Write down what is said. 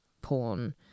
porn